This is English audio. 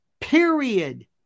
period